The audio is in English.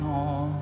on